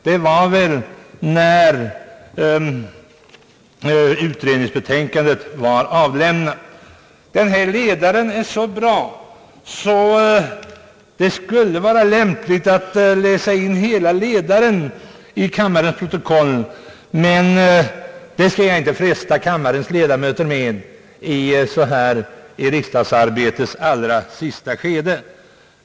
Det var väl när utredningsbetänkandet var avlämnat. Denna ledare är så bra att det skulle vara lämpligt att läsa in den i dess helhet till kammarens protokoll, men det skall jag inte trötta kammarens ledamöter med i riksdagsarbetets sista skede.